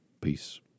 Peace